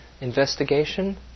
Investigation